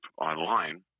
online